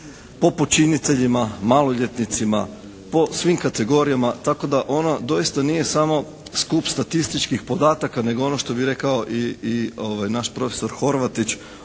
po počiniteljima, maloljetnicima, po svim kategorijama tako da ono doista nije samo skup statističkih podataka nego ono što bi rekao i naš profesor Horvatić